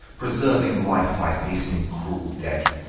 preserving life by hastening cruel death.